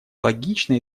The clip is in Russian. логично